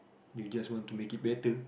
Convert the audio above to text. they just want to make it better